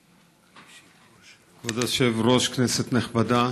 כבוד היושב-ראש, כנסת נכבדה,